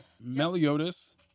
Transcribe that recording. Meliodas